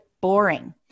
Boring